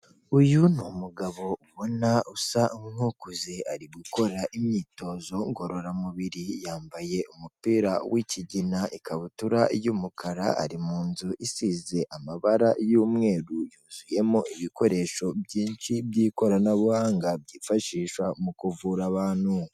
Uyu ni umugabo ubona usa nk'ukuze, ari gukora imyitozo ngororamubiri, yambaye umupira w'ikigina, ikabutura y'umukara, ari mu nzu isize amabara y'umweru, yuzuyemo ibikoresho byinshi by'ikoranabuhanga byifashishwa mu kuvura abantu.